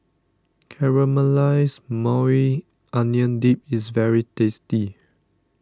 Caramelized Maui Onion Dip is very tasty